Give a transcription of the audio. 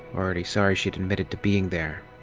already sorry she'd admitted to being there.